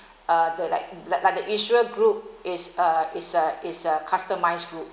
uh the like like the issuer group is a is a is a customized group